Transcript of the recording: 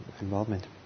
involvement